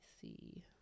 see